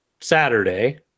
Saturday